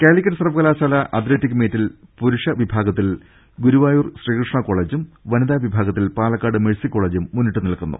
കലിക്കറ്റ് സർവകലാശാല അത്ലറ്റിക് മീറ്റിൽ പുരുഷ വിഭാഗ ത്തിൽ ഗുരുവായൂർ ശ്രീകൃഷ്ണ കോളജും വനിതാ വിഭാഗത്തിൽ പാലക്കാട് മേഴ്സി കോളജും മുന്നിട്ടു നിൽക്കുന്നു